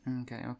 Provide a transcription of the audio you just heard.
okay